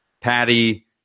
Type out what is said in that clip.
patty